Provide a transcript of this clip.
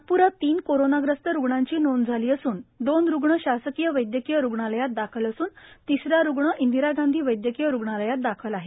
नागप्रात तीन कोरोंनाग्रस्त रुग्णांची नोंद झाली असून दोन रुग्ण शासकीय वैद्यकीय रुग्णालयात दाखल असून तिसरा रुग्ण इंदिरा गांधी वैद्यकीय रुग्णालयात दाखल आहे